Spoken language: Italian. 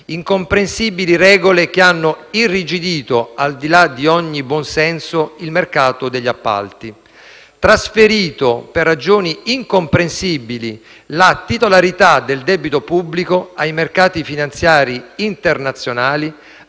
incomprensibili regole che hanno irrigidito, al di là di ogni buonsenso, il mercato degli appalti, trasferito, per ragioni incomprensibili, la titolarità del debito pubblico ai mercati finanziari internazionali,